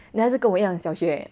then 他是跟我一样小学